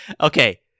Okay